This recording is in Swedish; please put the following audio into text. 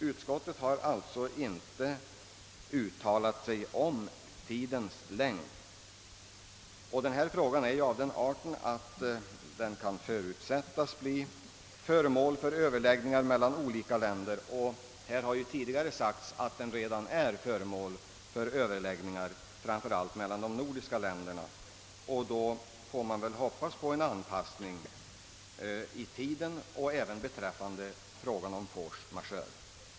Utskottet har alltså inte uttalat Sig om tidens längd. Denna fråga är ju av den art att den kan förutsättas bli föremål för överläggningar mellan olika länder. Här har tidigare sagts att den redan är föremål för överläggningar framför allt mellan de nordiska länderha. Under sådana förhållanden får man väl hoppas på en anpassning beträffande tiden och även beträffande frågan om force majeure.